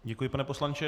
Děkuji, pane poslanče.